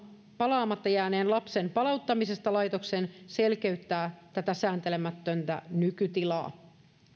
palaamatta jääneen lapsen palauttamisesta laitokseen selkeyttää tätä sääntelemätöntä nykytilaa